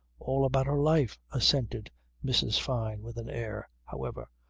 all about her life, assented mrs. fyne with an air, however,